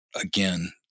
again